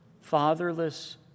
Fatherless